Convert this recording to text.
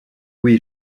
oui